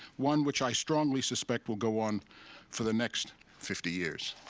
one which i strongly suspect will go on for the next fifty years.